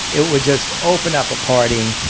it would just open up a party,